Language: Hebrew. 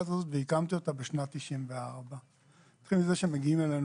מהקמתה בשנת 1094. נתחיל עם זה שמגיעים אלינו